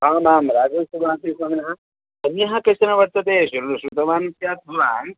आमां राघवेश्वरभारती स्वामिनः अन्यः कश्चन वर्तते श्रु श्रुतवान् स्यात् भवान्